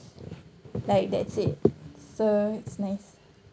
like that's it so it's nice